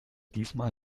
diesmal